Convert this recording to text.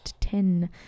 ten